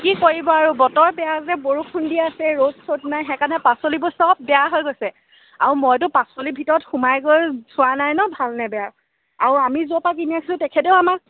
কি কৰিব আৰু বতৰ বেয়া যে বৰষুণ দি আছে ৰ'দ চদ নাই সেইকাৰণে পাচলিবোৰ চব বেয়া হৈ গৈছে আৰু মইতো পাচলিৰ ভিতৰত সোমাই গৈ চোৱা নাই ন ভাল নে বেয়া আৰু আমি য'ৰ পৰা কিনি আনিছিলোঁ তেখেতেও আমাক